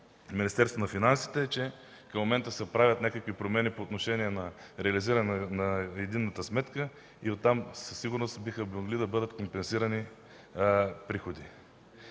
Министерството на финансите, че в момента се правят някакви промени по отношение реализирането на единната сметка и оттам със сигурност биха могли да бъдат компенсирани приходи.